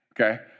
okay